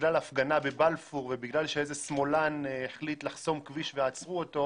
בגלל הפגנה בבלפור ובגלל שאיזה שמאלן החליט לחסום כביש ועצרו אותו